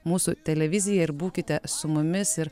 mūsų televiziją ir būkite su mumis ir